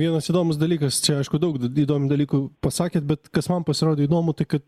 vienas įdomus dalykas čia aišku daug įdomių dalykų pasakėt bet kas man pasirodė įdomu tai kad